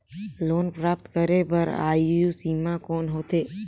Loan प्राप्त करे बर आयु सीमा कौन होथे?